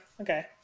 Okay